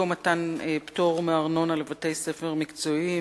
אותו מתן פטור מארנונה לבתי-ספר מקצועיים